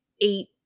eight